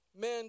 Men